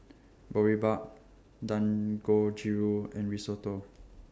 Boribap Dangojiru and Risotto